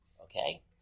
Okay